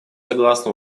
согласно